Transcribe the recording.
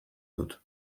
dut